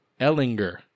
ellinger